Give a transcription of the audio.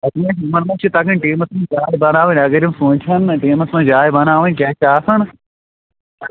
چھِ تَگان ٹیٖمَس منٛز جاے بناوٕنۍ اَگر یِم سۄنچھَن نا ٹیٖمَس منٛز جاے بناوٕنۍ کیٛاہ چھِ آسان